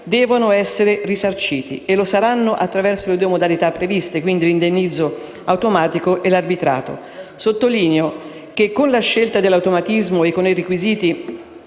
devono essere risarciti, e lo saranno attraverso le due modalità previste: l'indennizzo automatico e l'arbitrato. Sottolineo che con la previsione dell'automatismo, e dei requisiti